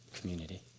community